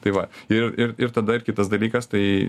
tai va ir ir ir tada ir kitas dalykas tai